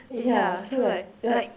yeah so like like